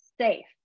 safe